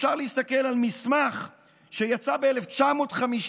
אפשר להסתכל על מסמך שיצא ב-1959,